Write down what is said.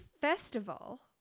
festival